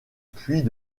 puits